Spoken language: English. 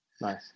Nice